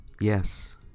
Yes